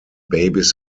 babes